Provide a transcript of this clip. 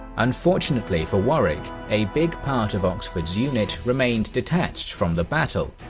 unfortunately for warwick, a big part of oxford's unit remained detached from the battle,